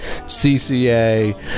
CCA